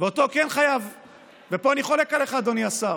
ופה אני חולק עליך, אדוני השר.